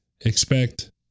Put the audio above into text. expect